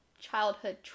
childhood